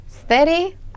Steady